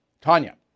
Tanya